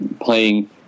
playing